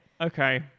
Okay